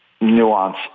nuance